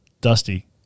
Dusty